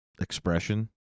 expression